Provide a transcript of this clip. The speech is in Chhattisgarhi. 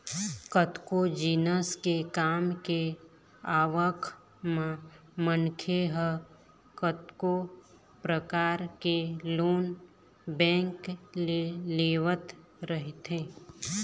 कतको जिनिस के काम के आवक म मनखे ह कतको परकार के लोन बेंक ले लेवत रहिथे